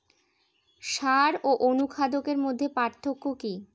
সার ও অনুখাদ্যের মধ্যে পার্থক্য কি?